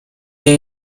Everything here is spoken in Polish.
jej